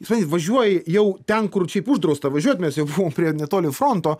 i supanti važiuoji jau ten kur šiaip uždrausta važiuot nes jau prie netoli fronto